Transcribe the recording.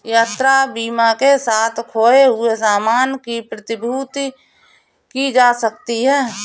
यात्रा बीमा के साथ खोए हुए सामान की प्रतिपूर्ति की जा सकती है